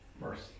mercy